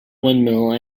windmill